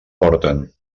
porten